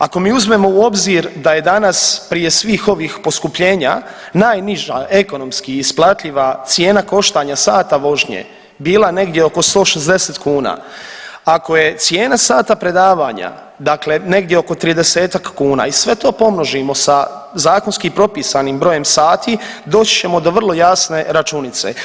Ako mi uzmemo u obzir da je danas prije svih ovih poskupljenja najniža ekonomski isplativa cijena koštanja sata vožnje bila negdje oko 160 kuna, ako je cijena sata predavanja dakle negdje oko 30-ak kuna i sve to pomnožimo sa zakonski propisanim brojem sati doći ćemo do vrlo jasne računice.